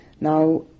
Now